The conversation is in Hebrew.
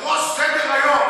בראש סדר-היום.